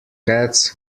cats